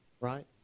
right